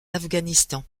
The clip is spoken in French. afghanistan